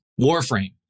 warframe